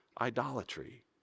idolatry